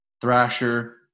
Thrasher